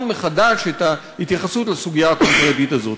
מחדש את ההתייחסות לסוגיה הקונקרטית הזאת.